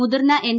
മുതിർന്ന എൻ